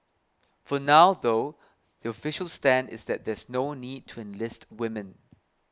for now though the official stand is that there's no need to enlist women